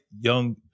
young